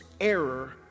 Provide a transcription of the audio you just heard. error